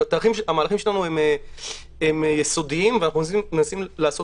המהלכים שלנו הם יסודיים ואנחנו מנסים לעשות